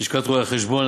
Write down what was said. לשכת רואי-החשבון,